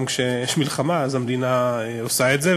גם כשיש מלחמה המדינה עושה את זה.